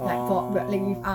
orh